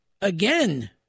again